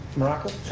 morocco,